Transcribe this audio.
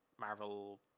Marvel